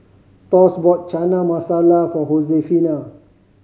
Thos bought Chana Masala for